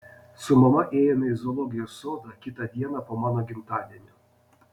su mama ėjome į zoologijos sodą kitą dieną po mano gimtadienio